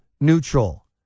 neutral